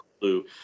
Blue